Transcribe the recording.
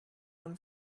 own